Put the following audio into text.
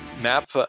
map